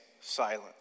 silent